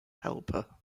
helper